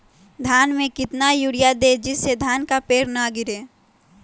धान में कितना यूरिया दे जिससे धान का पेड़ ना गिरे?